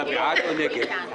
אתה בעד או נגד?